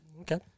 okay